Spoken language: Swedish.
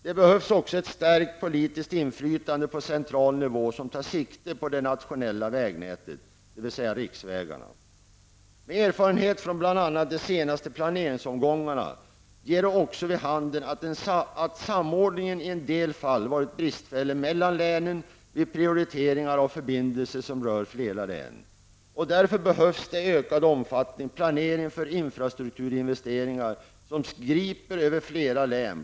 Det behövs också ett starkt politiskt inflytande på central nivå för att kunna satsa på det nationella vägnätet, dvs. Erfarenheterna från bl.a. de senaste planeringsomgångarna ger också vid handen att samordningen i en del fall har varit bristfällig mellan länen vid prioriteringar av förbindelser som rör flera län. Därför behövs det i ökad omfattning planering för infrastrukturinvesteringar som griper över flera län.